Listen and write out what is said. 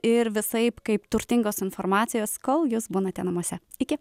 ir visaip kaip turtingos informacijos kol jūs būnate namuose iki